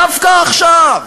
דווקא עכשיו